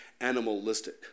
animalistic